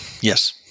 Yes